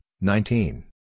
nineteen